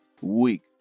week